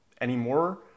anymore